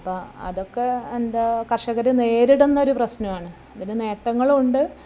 അപ്പം അതൊക്ക എന്താ കർഷകർ നേരിടുന്നൊരു പ്രശ്നമാണ് ഇതിന് നേട്ടങ്ങളും ഉണ്ട്